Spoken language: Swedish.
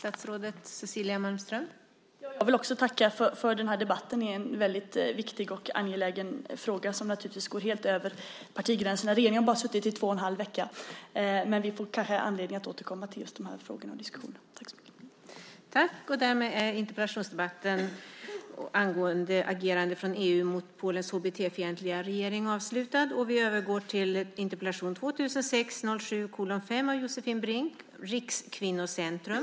Fru talman! Jag vill också tacka för den här debatten i en väldigt viktig och angelägen fråga som naturligtvis går helt över partigränserna. Regeringen har bara suttit i två och en halv vecka. Vi får kanske anledning att återkomma till just de här frågorna och diskussionen.